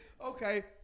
Okay